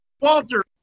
Walter